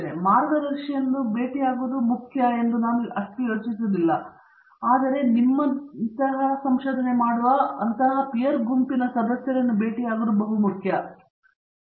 ಆದ್ದರಿಂದ ಮಾರ್ಗದರ್ಶಿಯನ್ನು ಪೂರೈಸಲು ಮುಖ್ಯವಾದುದು ಎಂದು ನಾನು ಯೋಚಿಸುವುದಿಲ್ಲ ಅವರು ಭೇಟಿ ನೀಡಬೇಕಾದರೆ ಹೆಚ್ಚು ಸ್ವಾಗತ